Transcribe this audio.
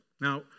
Now